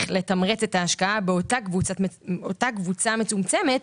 לתמרץ את ההשקעה באותה קבוצה מצומצמת,